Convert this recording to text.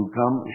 come